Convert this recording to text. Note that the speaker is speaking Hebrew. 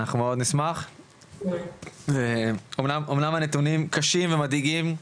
אנחנו מאוד נשמח ואומנם הנתונים קשים ומדאיגים,